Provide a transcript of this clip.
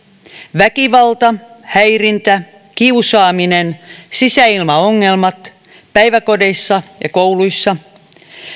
väkivalta häirintä kiusaaminen sisäilmaongelmat päiväkodeissa ja kouluissa